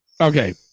Okay